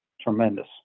tremendous